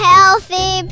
Healthy